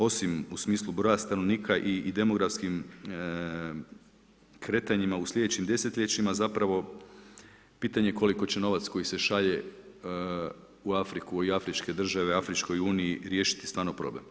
Osim u smislu broja stanovnika i demografskim kretanjima u slijedećim desetljećima, zapravo pitanje koliko će novac koji se šalje u Afriku i afričke države, Afričkoj Uniji, riješiti stvarno problem.